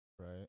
Right